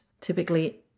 Typically